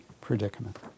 predicament